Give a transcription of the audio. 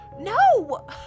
No